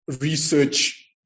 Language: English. research